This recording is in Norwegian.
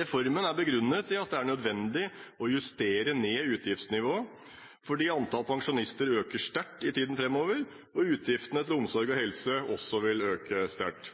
Reformen er begrunnet i at det er nødvendig å justere ned utgiftsnivået fordi antallet pensjonister øker sterkt i tiden framover, og at utgiftene til helse og omsorg også vil øke sterkt.